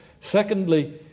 Secondly